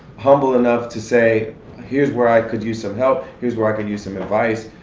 humble enough to say here's where i could use some help, here's where i could use some advice.